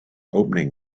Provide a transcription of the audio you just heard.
opening